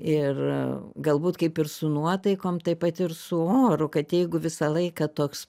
ir galbūt kaip ir su nuotaikom taip pat ir su oru kad jeigu visą laiką toks